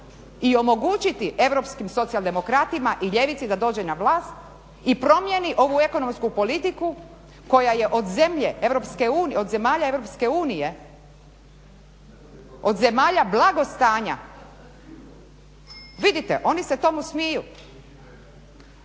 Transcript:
i omogućiti europskim socijaldemokratima i ljevici da dođe na vlast i promijeni ovu ekonomsku politiku koja je od zemalja EU, od zemalja blagostanja, vidite oni se tomu smiju.